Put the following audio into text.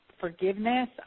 forgiveness